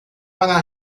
para